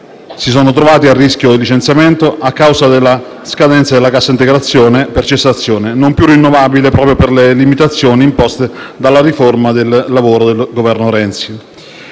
si sono trovati a rischio licenziamento a causa della scadenza della cassa integrazione per cessazione, non più rinnovabile proprio per le limitazioni imposte dalla riforma del lavoro del Governo Renzi.